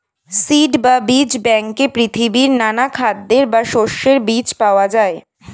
seed বা বীজ ব্যাংকে পৃথিবীর নানা খাদ্যের বা শস্যের বীজ পাওয়া যায়